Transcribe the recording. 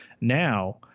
now